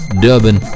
Durban